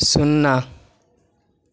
शुन्ना